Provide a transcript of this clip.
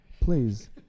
please